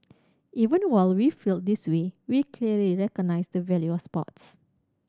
even while we feel this way we clearly recognise the value of sports